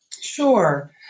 Sure